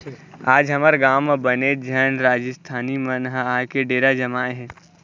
आज हमर गाँव म बनेच झन राजिस्थानी मन ह आके डेरा जमाए हे